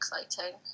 exciting